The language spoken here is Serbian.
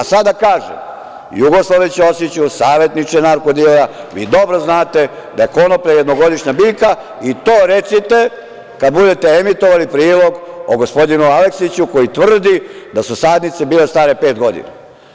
Sada kažem, Jugoslave Ćosiću, savetniče narko-dilera, vi dobro znate da je konoplja jednogodišnja biljka i to recite kada bude emitovali prilog o gospodinu Aleksiću koji tvrdi da su sadnice bile stare pet godina.